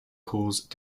cause